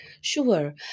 Sure